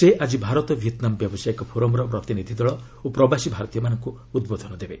ସେ ଆକି ଭାରତ ଭିଏତ୍ନାମ୍ ବ୍ୟାବସାୟିକ ଫୋରମ୍ର ପ୍ରତିନିଧ୍ୟ ଦଳ ଓ ପ୍ରବାସୀ ଭାରତୀୟମାନଙ୍କୁ ଉଦ୍ବୋଧନ ଦେବେ